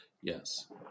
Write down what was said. Yes